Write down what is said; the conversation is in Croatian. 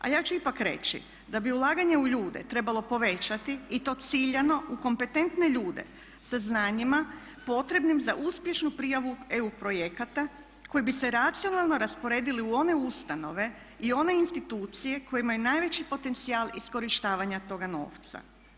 A ja ću ipak reći da bi ulaganje u ljude trebalo povećati i to ciljano u kompetentne ljude sa znanjima potrebnim za uspješnu prijavu EU projekata koje bi se racionalno rasporedili u one ustanove i one institucije koje imaju najveći potencijal iskorištavanja toga novca.